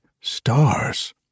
stars